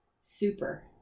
super